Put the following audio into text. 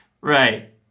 Right